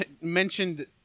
mentioned